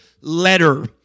letter